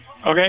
Okay